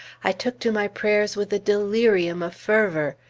i took to my prayers with a delirium of fervor.